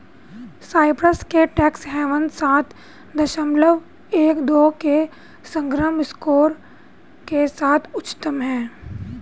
Cyprus के tax havens सात दशमलव एक दो के समग्र स्कोर के साथ उच्चतम हैं